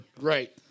Right